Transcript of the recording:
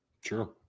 Sure